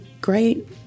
great